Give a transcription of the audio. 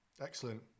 Excellent